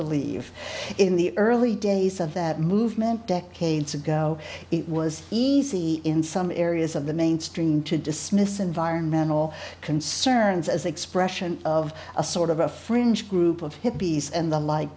believe in the early days of that movement decades ago it was easy in some areas of the mainstream to dismiss environmental concerns as expression of a sort of a fringe group of hippies and